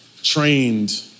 trained